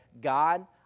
God